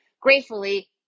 gratefully